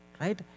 Right